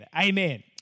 amen